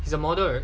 is a model